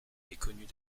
méconnus